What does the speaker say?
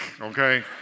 okay